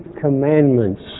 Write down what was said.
commandments